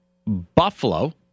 Buffalo